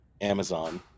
Amazon